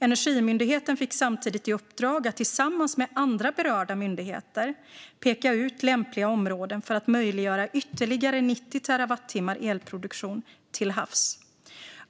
Energimyndigheten fick samtidigt i uppdrag att tillsammans med andra berörda myndigheter peka ut lämpliga områden för att möjliggöra ytterligare 90 terawattimmar elproduktion till havs.